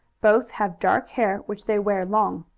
both have dark hair which they wear long.